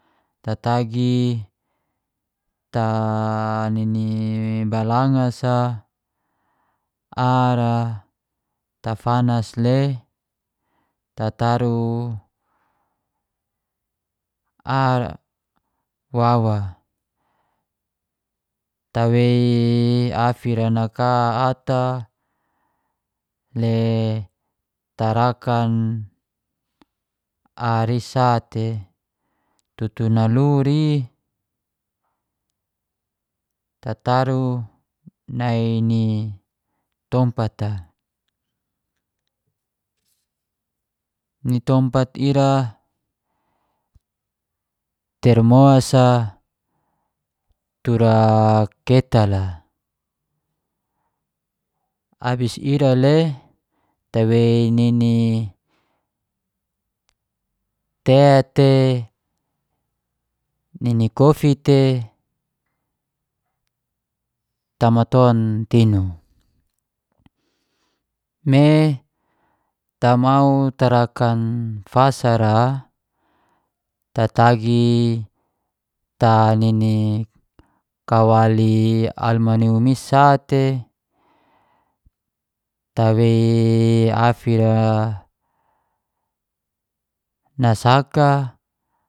Tatagi ta nini balanga sa, ar ra, tafanas le tataru ar wawa tawei afi ra naka ata le tarakan ar isate utut naluri tataru nai ni tompat a. Ni tompat ira, termos a tura ketal a, abis ira le tawei nini tea te, nini kofi te tamaton tinu, me tamau tarakan fasara, tatagi ta nini kawali almanium isate tawei afi ra nasaka